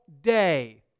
day